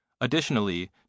Additionally